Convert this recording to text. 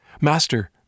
Master